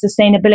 sustainability